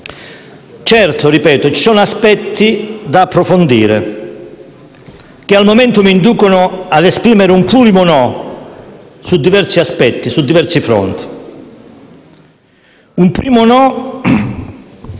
Certo, ripeto, ci sono aspetti da approfondire, che al momento mi inducono ad esprimere un plurimo "no" su diversi aspetti, su diversi fronti. Un primo no